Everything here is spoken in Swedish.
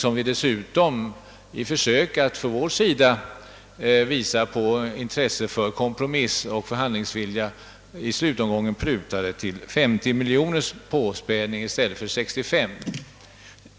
Vi försökte dessutom att visa förhandlingsvilja och intresse för kompromiss i slutomgången genom att pruta till 90 miljoner kronor i påspädning i stället för 65 miljoner kronor.